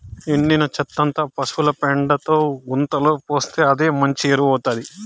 ఎండిన చెత్తంతా పశుల పెండతో గుంతలో పోస్తే అదే మంచి ఎరువౌతాది